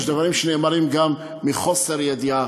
ויש דברים שנאמרים גם מחוסר ידיעה,